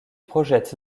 projette